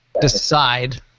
decide